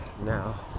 now